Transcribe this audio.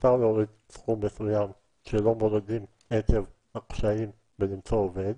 מותר להוריד סכום מסוים כשלא מורידים עקב הקשיים בלמצוא עובד,